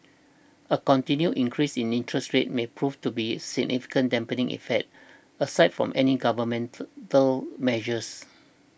a continued increase in interest rates may prove to be of significant dampening effect aside from any governmental though measures